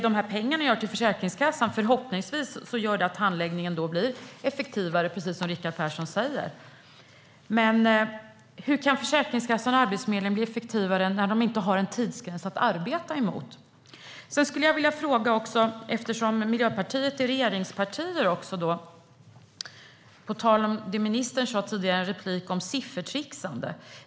Pengarna till Försäkringskassan gör förhoppningsvis att handläggningen blir effektivare, precis som Rickard Persson säger. Men hur kan Försäkringskassan och Arbetsförmedlingen bli effektivare när de inte har en tidsgräns att arbeta mot? Jag skulle vilja ställa ännu en fråga eftersom Miljöpartiet är ett regeringsparti och på tal om det ministern sa tidigare i en replik om siffertrixande.